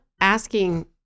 asking